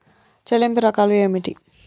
చెల్లింపు రకాలు ఏమిటి?